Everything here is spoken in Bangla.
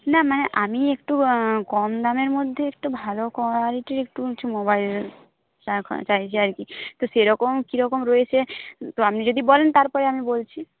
না মানে আমি একটু কম দামের মধ্যে একটু ভালো কোয়ালিটির একটু কিছু মোবাইল চাইছি আর কি তো সেরকম কীরকম রয়েছে তো আপনি যদি বলেন তারপরে আমি বলছি